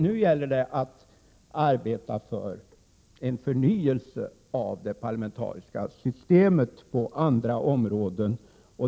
Nu gäller det att arbeta för en förnyelse av det parlamentariska systemet på andra områden.